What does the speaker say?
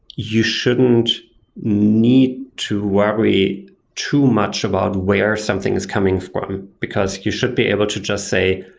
you shouldn't need to worry too much about where something is coming from, because you should be able to just say,